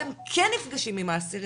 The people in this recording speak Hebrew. אתם כן נפגשים עם האסירים,